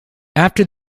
after